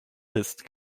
ist